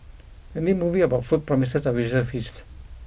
the new movie about food promises a visual feast